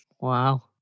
wow